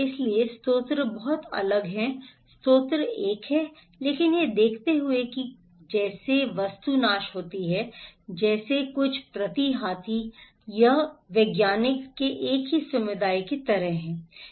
इसलिए स्रोत बहुत अलग है स्रोत एक है लेकिन यह देखते हुए कि जैसे वस्तु नाश होती है जैसे कुछ प्रति हाथी यह वैज्ञानिकों के एक समुदाय की तरह है